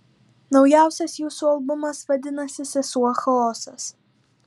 naujausias jūsų albumas vadinasi sesuo chaosas